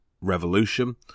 Revolution